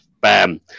bam